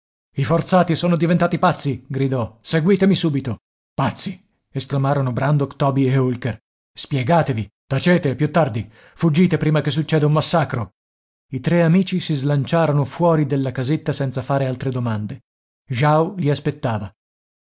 i forzati sono diventati pazzi gridò seguitemi subito pazzi esclamarono brandok toby e holker spiegatevi tacete più tardi fuggite prima che succeda un massacro i tre amici si slanciarono fuori della casetta senza fare altre domande jao li aspettava